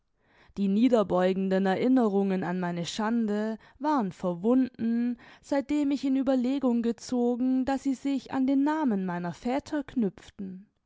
die niederbeugenden erinnerungen an meine schande waren verwunden seitdem ich in ueberlegung gezogen daß sie sich an den namen meiner väter knüpften